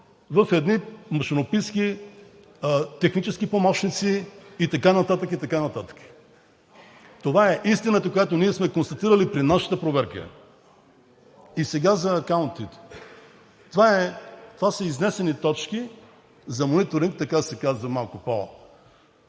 в едни машинописки, технически помощници и така нататък, и така нататък. Това е истината, която ние сме констатирали при нашата проверка. И сега за акаунтите. Това са изнесени точки за мониторинг – така се казва малко